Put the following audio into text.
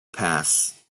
pass